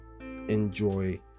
enjoy